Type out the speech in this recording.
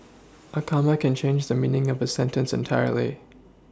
a comma can change the meaning of a sentence entirely